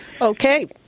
Okay